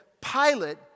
Pilate